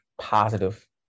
positive